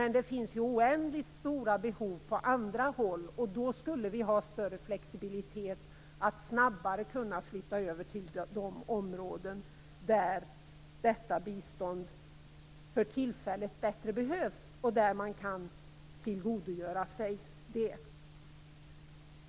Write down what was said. Men det finns ju oändligt stora behov på andra håll, och då skulle vi ha större flexibilitet att snabbare kunna flytta över detta bistånd till de områden där det för tillfället bättre behövs och där man kan tillgodogöra sig det.